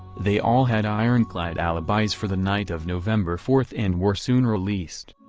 they all had ironclad alibis for the night of november fourth and were soon released.